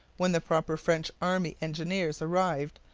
when the proper french army engineers arrived,